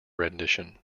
rendition